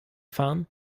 fahren